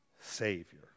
Savior